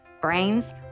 Brains